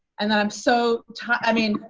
and then i'm so ti i mean,